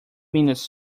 minutes